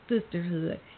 sisterhood